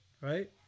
right